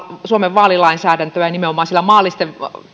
suomen vaalilainsäädäntöä nimenomaan siellä maallisten